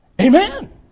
Amen